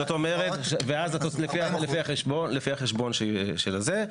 לפי החשבון הזה,